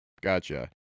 Gotcha